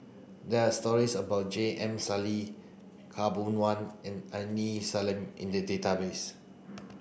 there are stories about J M Sali Khaw Boon Wan and Aini Salim in the database